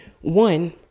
One